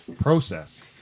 process